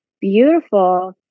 beautiful